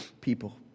people